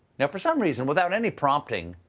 now for some reason without any prompting,